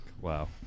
wow